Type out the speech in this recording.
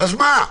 אז מה?